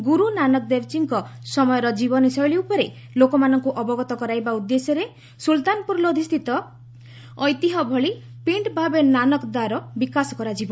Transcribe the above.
ଗୁରୁ ନାନାକ ଦେବ୍ଜୀଙ୍କ ସମୟର ଜୀବନଶୈଳୀ ଉପରେ ଲୋକମାନଙ୍କୁ ଅବଗତ କରାଇବା ଉଦ୍ଦେଶ୍ୟରେ ସୁଲ୍ତାନପୁର ଲୋଧି ସ୍ଥିତ ଐତିହ୍ୟ ଭଳି ପିଣ୍ଡ୍ ବାବେ ନାନକ ଦା'ର ବିକାଶ କରାଯିବ